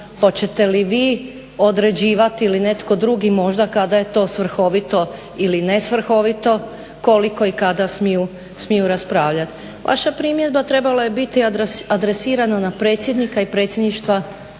Hoćete li vi određivati ili netko drugi možda kada je to svrhovito ili nesvrhovito koliko i kada smiju raspravljati? Vaša primjedba trebala je biti adresirana na predsjednika i predsjedništvo